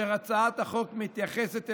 אשר הצעת החוק מתייחסת אליהם,